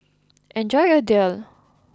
enjoy your Daal